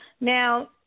Now